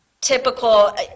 typical